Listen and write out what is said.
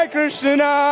Krishna